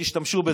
תשתמשו בזה.